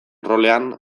rolean